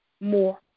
more